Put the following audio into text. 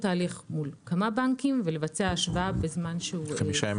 תהליך מול כמה בנקים ולבצע השוואה - חמישה ימים